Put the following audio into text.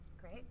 great